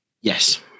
Yes